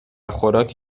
خوراک